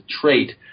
trait